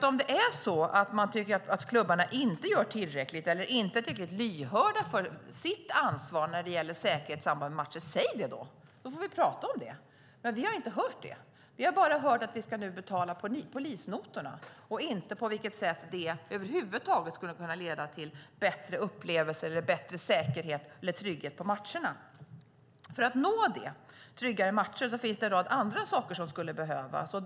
Om man inte tycker att klubbarna gör tillräckligt eller inte är tillräckligt lyhörda för sitt ansvar när det gäller säkerheten i samband med matcher tycker jag att man ska säga det. Då kan vi prata om det, men vi har inte hört det. Vi har bara hört att vi ska betala polisnotorna. Vi har inte hört på vilket sätt det över huvud taget skulle kunna leda till bättre upplevelser eller bättre säkerhet och trygghet på matcherna. För att nå tryggare matcher finns det en rad andra saker som skulle behöva göras.